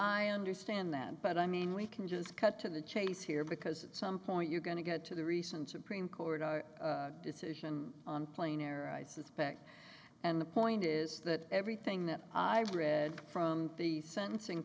i understand that but i mean we can just cut to the chase here because at some point you're going to go to the recent supreme court our decision on planar i suspect and the point is that everything that i read from the sentencing